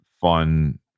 fun